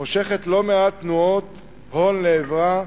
מושכת לא מעט תנועות הון לעברה,